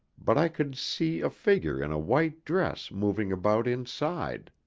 but i could see a figure in a white dress moving about inside.